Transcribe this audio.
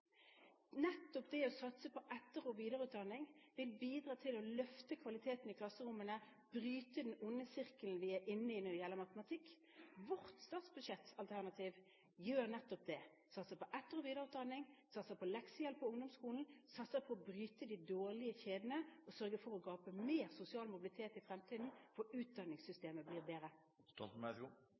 Nettopp det å satse på etter- og videreutdanning vil bidra til å løfte kvaliteten i klasserommene, bryte den onde sirkelen vi er inne i når det gjelder matematikk. Vårt statsbudsjettalternativ gjør nettopp det: satser på etter- og videreutdanning, satser på leksehjelp i ungdomsskolen, satser på å bryte den dårlige kjeden og sørge for å skape mer sosial mobilitet i fremtiden slik at utdanningssystemet blir bedre.